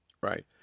Right